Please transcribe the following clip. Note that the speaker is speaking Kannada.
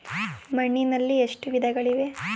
ಮಣ್ಣಿನಲ್ಲಿ ಎಷ್ಟು ವಿಧಗಳಿವೆ?